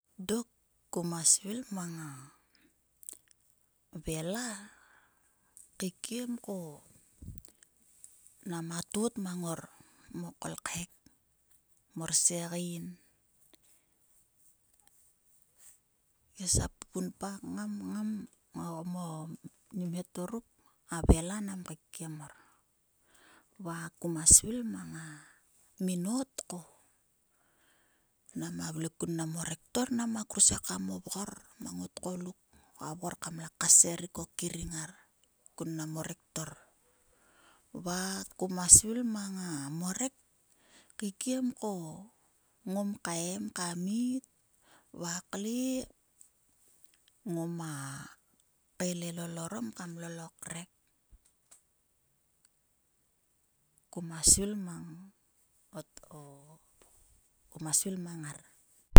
Dok ko mas svil mang a vela keikeimko nama tot mang ngor mo kolkhek. morsegein. ngiasia pumpa ngan ngan o mo ni mhetor ruk a vela nam keikiem mor. Va kuma svil mang a minot ko nama vle kun mnam o rektor. na ma kursekam o vgor mang o tgoluk va a vgor kam la kasser rik o kering ngar kun nam o rektor. Va ko ma svil mang a morek keikiem ko ngom kaem ka mit, va kle ngoma kaelelol orom kam lol o krek. Koma svil mana o kama svil mang ngar.